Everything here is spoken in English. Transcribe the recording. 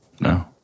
No